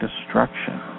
destruction